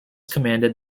commanded